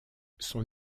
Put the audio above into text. son